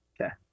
Okay